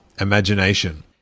imagination